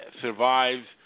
survives